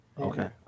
Okay